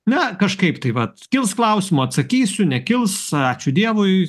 na kažkaip tai vat kils klausimų atsakysiu nekils ačiū dievui